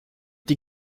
die